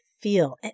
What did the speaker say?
feel